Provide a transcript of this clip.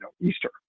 Easter